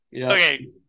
Okay